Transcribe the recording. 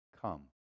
come